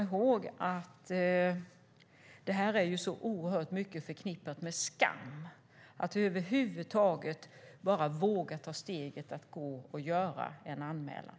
Våldtäkt är så oerhört mycket förknippat med skam så att över huvud taget våga göra en anmälan är ett stort steg.